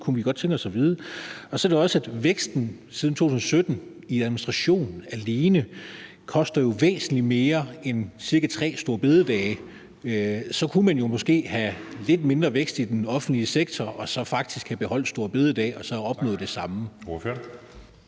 kunne vi godt tænke os at få at vide. Så vil jeg også sige, at væksten i administration alene siden 2017 har kostet væsentlig mere end cirka tre store bededag. Så kunne man måske have lidt mindre vækst i den offentlige sektor og så faktisk have beholdt store bededag og opnået det samme. Kl.